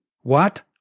What